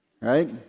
right